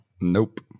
nope